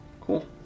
cool